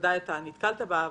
ודאי נתקלת בה,